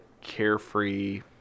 carefree